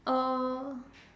oh